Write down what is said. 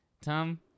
Tom